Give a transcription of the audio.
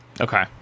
Okay